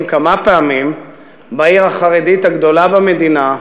כמה פעמים בעיר החרדית הגדולה במדינה,